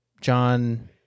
John